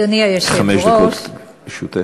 חמש דקות לרשותך.